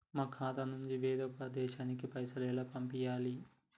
మా ఖాతా నుంచి వేరొక దేశానికి పైసలు ఎలా పంపియ్యాలి?